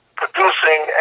producing